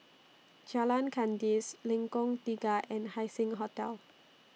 Jalan Kandis Lengkong Tiga and Haising Hotel